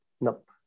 nope